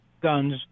guns